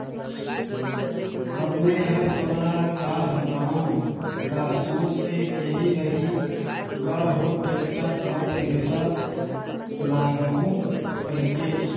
अब मे हर तोला का बताओ गा सोच के एही रही ग हो टेक्टर अउ थेरेसर लागहूँ कहिके